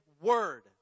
word